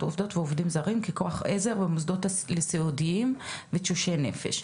עובדות ועובדים זרים ככוח עזר במוסדות סיעודיים ותשושי נפש.